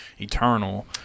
eternal